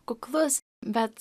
kuklus bet